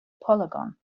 polygon